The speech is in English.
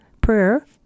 Prayer